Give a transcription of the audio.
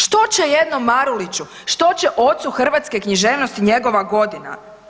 Što će jednom Maruliću, što će ocu hrvatske književnosti njegova godina?